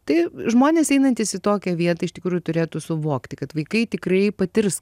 tai žmonės einantys į tokią vietą iš tikrųjų turėtų suvokti kad vaikai tikrai patirs